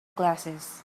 glasses